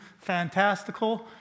fantastical